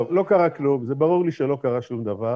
טוב, לא קרה כלום, זה ברור לי שלא קרה שום דבר